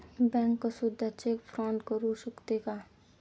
Bank सुद्धा cheque fraud करू शकते का?